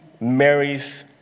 Mary's